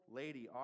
lady